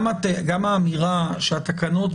גם האמירה שהתקנות,